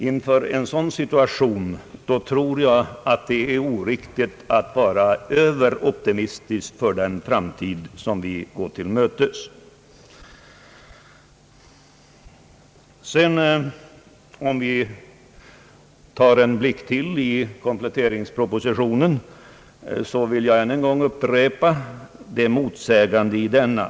Inför en sådan situation tror jag att det är oriktigt att vara överoptimistisk om framtiden. Om vi sedan går vidare i kompletteringspropositionen vill jag än en gång framhålla en motsägelse i denna.